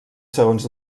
segons